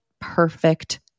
perfect